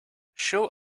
show